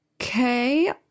Okay